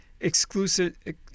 exclusive